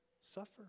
suffer